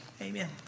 Amen